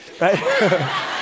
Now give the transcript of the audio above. right